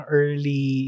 early